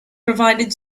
provided